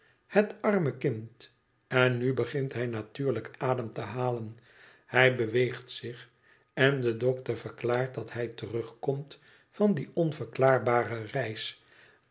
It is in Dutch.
het arme kind en nu begint hij natuurlijk adem te halen hij beweegt zich en de dokter verklaart dat hij terugkomt van die onverklaarbare reis